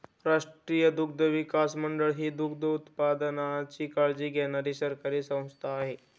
राष्ट्रीय दुग्धविकास मंडळ ही दुग्धोत्पादनाची काळजी घेणारी सरकारी संस्था आहे